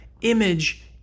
image